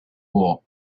war